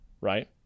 right